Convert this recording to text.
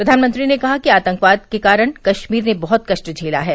प्रघानमंत्री ने कहा कि आतंकवाद के कारण कश्मीर ने बहुत कष्ट झेला है